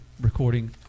recording